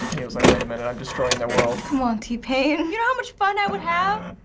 and he was like, wait a minute. i'm destroying the world. come on, t-pain. you know how much fun i would have?